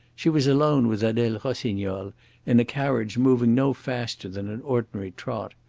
she was alone with adele rossignol in a carriage moving no faster than an ordinary trot.